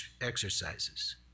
exercises